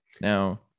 Now